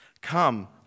Come